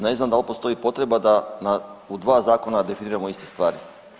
Ne znam da li postoj potreba da na, u 2 zakona definiramo iste stvari.